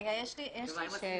רגע אדוני היושב ראש, יש לי שאלה.